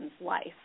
life